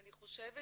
אני רואה